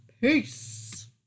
Peace